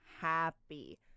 happy